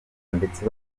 ndetse